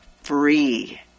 free